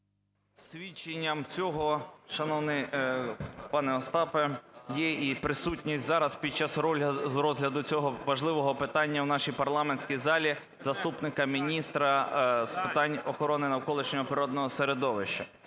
Свідченням цього, шановний пане Остапе, є і присутність зараз під час розгляду цього важливого питання в нашій парламентській залі заступника міністра з питань охорони навколишнього природного середовища.